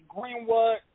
Greenwood